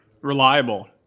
Reliable